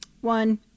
One